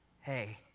hey